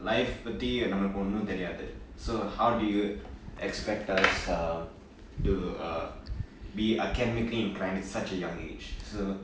life பத்தி நமக்கும் ஒன்னும் தெரியாது:paththi nammaku onnum theriyaathu so how do you expect us err to err be academically inclined at such a young age so